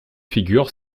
figures